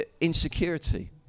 insecurity